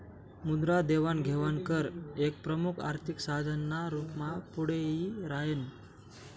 मुद्रा देवाण घेवाण कर एक प्रमुख आर्थिक साधन ना रूप मा पुढे यी राह्यनं